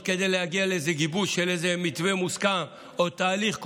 כדי להגיע לאיזה גיבוש של איזה מתווה מוסכם או תהליך כלשהו.